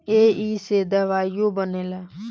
ऐइसे दवाइयो बनेला